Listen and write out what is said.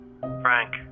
Frank